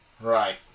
Right